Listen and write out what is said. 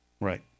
Right